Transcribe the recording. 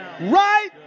Right